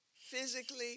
physically